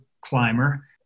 climber